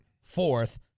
fourth